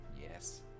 Yes